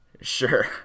Sure